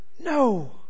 No